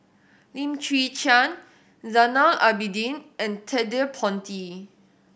Lim Chwee Chian Zainal Abidin and Ted De Ponti